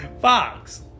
Fox